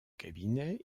cabinet